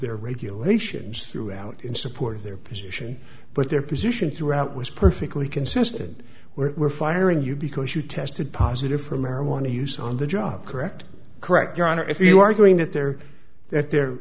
their regulations throughout in support of their position but their position throughout was perfectly consistent were firing you because you tested positive for marijuana use on the job correct correct your honor if you are going that there that the